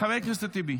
חבר הכנסת טיבי.